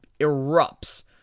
erupts